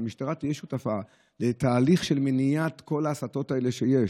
שהמשטרה תהיה שותפה לתהליך של מניעת כל ההסתות האלה שיש,